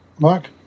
Mark